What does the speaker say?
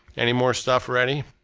any more stuff ready?